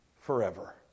forever